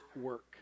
work